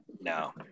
no